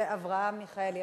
אברהם מיכאלי.